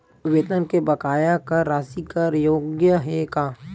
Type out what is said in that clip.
वेतन के बकाया कर राशि कर योग्य हे का?